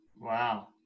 Wow